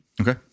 Okay